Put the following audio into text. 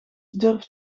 durft